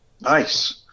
Nice